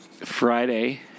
Friday